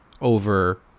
over